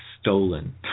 stolen